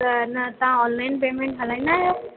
त न तव्हां ऑनलाइन पेमेंट हलाईंदा आहियो